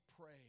pray